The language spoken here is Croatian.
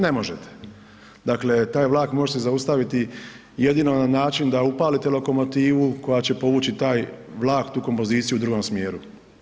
Ne možete, dakle taj vlak možete zaustaviti jedino na način da upalite lokomotivu koja će povući taj vlak, tu kompoziciju u drugom smjeru.